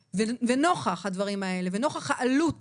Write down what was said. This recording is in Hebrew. לנוכח הדברים האלה ונוכח העלות